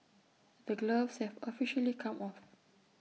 the gloves have officially come off